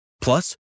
Plus